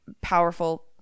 powerful